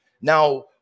Now